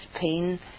pain